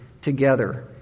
together